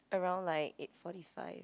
around like eight forty five